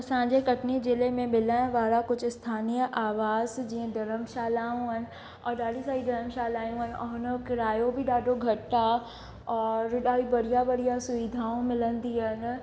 असांजे कटनीअ जिले में मिलण वारा कुझु स्थानीय आवास जीअं धरमशालाऊं आहिनि और ॾाढी सारी धरमशालाऊं आहिनि ऐं हुन जो किरायो बि ॾाढो घटि आहे और ॾाढी बढ़िया बढ़िया सुविधाऊं मिलंदी आहिनि